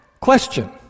Question